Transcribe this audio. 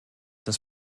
das